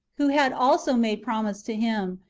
who had also made promise to him,